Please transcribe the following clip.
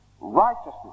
righteousness